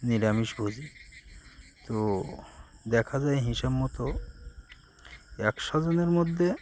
নিরামিষভোজী তো দেখা যায় হিসাবমতো একশো জনের মধ্যে